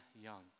young